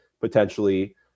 potentially